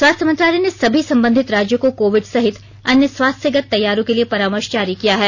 स्वास्थ्य मंत्रालय ने सभी संबंधित राज्यों को कोविड सहित अन्य स्वास्थ्यगत तैयारियों के लिए परामर्श जारी किया है